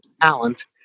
talent